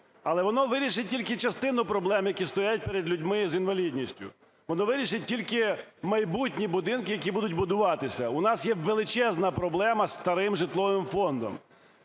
Але воно вирішить тільки частину проблем, які стоять перед людьми з інвалідністю. Воно вирішить тільки майбутні будинки, які будуть будуватися. У нас є величезна проблема з старим житловим фондом.